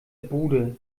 bude